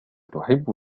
تحب